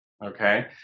Okay